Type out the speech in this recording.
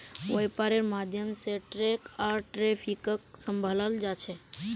वैपार्र माध्यम से टैक्स आर ट्रैफिकक सम्भलाल जा छे